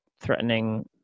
threatening